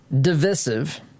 divisive